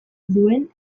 duen